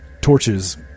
torches